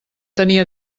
tenia